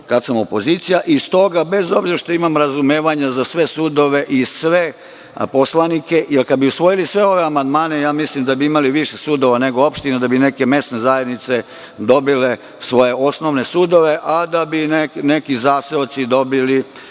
kada sam opozicija. Stoga, bez obzira što imam razumevanje za sve sudove i sve poslanike, jer kada bi usvojili sve ove amandmane, mislim da bi imali više sudova nego opština, da bi neke mesne zajednice dobile svoje osnovne sudove, a da bi neki zaseoci dobili